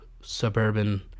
suburban